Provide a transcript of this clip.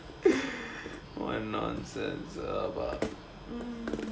what nonsense ah